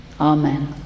Amen